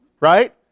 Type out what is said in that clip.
Right